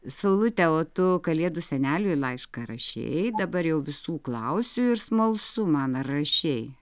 saulute o tu kalėdų seneliui laišką rašei dabar jau visų klausiu ir smalsu man ar rašei